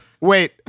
Wait